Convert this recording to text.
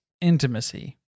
intimacy